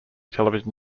television